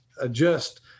adjust